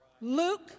Luke